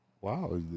wow